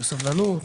בסובלנות,